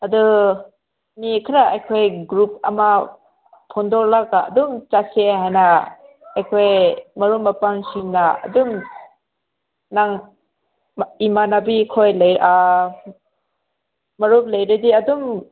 ꯑꯗꯣ ꯃꯤ ꯈꯔ ꯑꯩꯈꯣꯏ ꯒ꯭ꯔꯨꯞ ꯑꯃ ꯈꯟꯗꯣꯛꯂꯒ ꯑꯗꯨꯝ ꯆꯠꯁꯦ ꯍꯥꯏꯅ ꯑꯩꯈꯣꯏ ꯃꯔꯨꯞ ꯃꯄꯥꯡꯁꯤꯡꯅ ꯑꯗꯨꯝ ꯅꯪ ꯏꯃꯥꯟꯅꯕꯤꯈꯣꯏ ꯂꯩ ꯃꯔꯨꯞ ꯂꯩꯔꯗꯤ ꯑꯗꯨꯝ